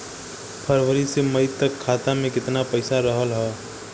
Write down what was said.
फरवरी से मई तक खाता में केतना पईसा रहल ह?